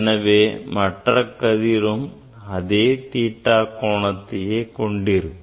எனவே மற்ற கதிரும் அதே theta கோணத்தையே கொண்டிருக்கும்